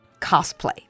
cosplay